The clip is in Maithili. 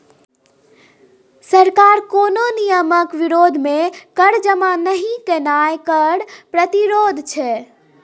सरकार कोनो नियमक विरोध मे कर जमा नहि केनाय कर प्रतिरोध छै